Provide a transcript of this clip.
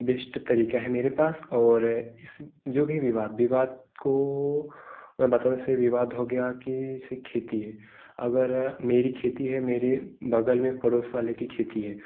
best तरीका है मेरे पास और इस जो भी विवाद विवाद को इससे विवाद हो गया कि से खेती है अगर मेरी खेती है मेरे बगल में पड़ोस वाले की खेती है